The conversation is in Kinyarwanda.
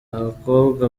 abakobwa